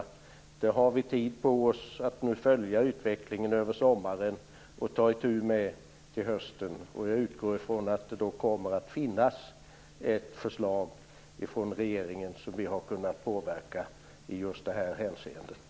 Vi har nu tid att följa utvecklingen över sommaren. Och så kan vi ta itu med detta till hösten. Jag utgår från att det då kommer att finnas ett förslag från regeringen som vi har kunnat påverka i just det här hänseendet.